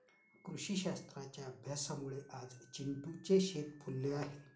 कृषीशास्त्राच्या अभ्यासामुळे आज चिंटूचे शेत फुलले आहे